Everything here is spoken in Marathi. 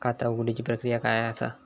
खाता उघडुची प्रक्रिया काय असा?